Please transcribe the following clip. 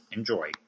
Enjoy